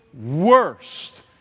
worst